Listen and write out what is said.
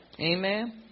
Amen